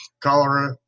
cholera